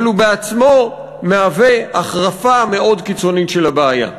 הוא בעצמו מהווה החרפה מאוד קיצונית של הבעיה.